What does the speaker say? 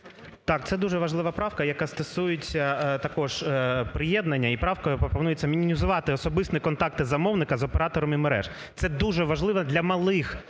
Так, це дуже важлива правка, яка стосується також приєднання. І правкою пропонується мінімізувати особисті контакти замовника з операторами мереж. Це дуже важливо для малих